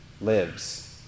lives